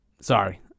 Sorry